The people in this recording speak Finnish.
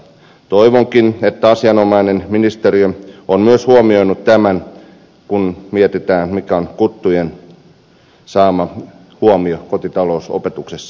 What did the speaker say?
toivonkin että asianomainen ministeriö on myös huomioinut tämän kun mietitään mikä on kuttujen saama huomio kotitalousopetuksessa